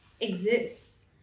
exists